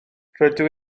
rydw